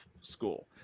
school